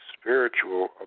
spiritual